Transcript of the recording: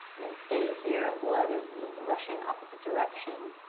then stay here, blood is rushing opposite direction.